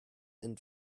and